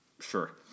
Sure